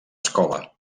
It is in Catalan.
escola